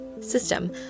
system